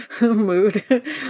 mood